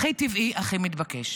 הכי טבעי, הכי מתבקש.